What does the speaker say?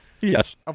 yes